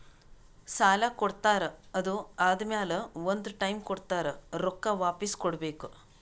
ಸಾಲಾ ಕೊಡ್ತಾರ್ ಅದು ಆದಮ್ಯಾಲ ಒಂದ್ ಟೈಮ್ ಕೊಡ್ತಾರ್ ರೊಕ್ಕಾ ವಾಪಿಸ್ ಕೊಡ್ಬೇಕ್